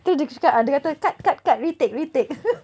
tu dia cakap dia kata cut cut cut retake retake